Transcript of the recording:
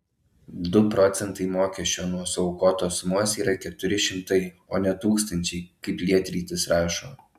du procentai mokesčio nuo suaukotos sumos yra keturi šimtai o ne tūkstančiai kaip lietrytis rašo